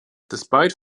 despite